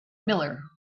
miller